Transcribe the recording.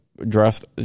address